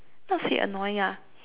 not say annoying lah